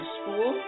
school